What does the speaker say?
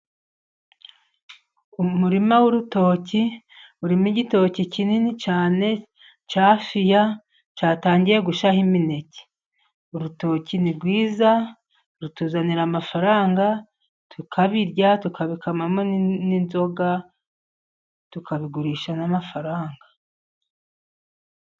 Umurima w'urutoki urimo igitoki kinini cyane cya fiya cyatangiye gushyaho imineke. Urutoki ni rwiza rutuzanira amafaranga, tukabirya, tukabikamamo n'inzoga, tukabigurisha n'amafaranga.